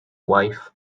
wife